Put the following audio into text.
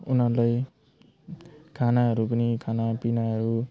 उनीहरूलाई खानाहरू पनि खानापिनाहरू